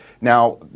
Now